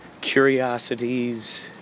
curiosities